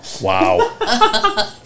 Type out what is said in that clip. Wow